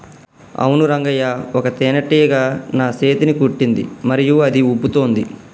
అవును రంగయ్య ఒక తేనేటీగ నా సేతిని కుట్టింది మరియు అది ఉబ్బుతోంది